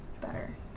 better